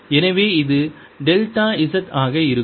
எனவே இது delta z ஆக இருக்கும்